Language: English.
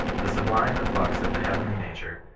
the sublime efflux of the heavenly nature,